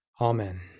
Amen